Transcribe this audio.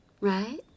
Right